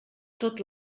tot